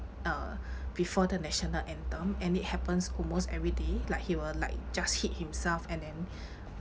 uh before the national anthem and it happens almost everyday like he will like just hit himself and then